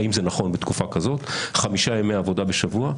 האם זה נכון בתקופה כזאת חמישה ימי עבודה בשבוע,